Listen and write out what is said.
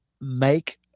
make